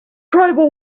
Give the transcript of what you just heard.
tribal